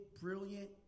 brilliant